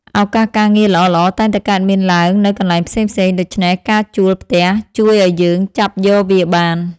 ឱកាសការងារល្អៗតែងតែកើតមានឡើងនៅកន្លែងផ្សេងៗ ដូច្នេះការជួលផ្ទះជួយឱ្យយើងចាប់យកវាបាន។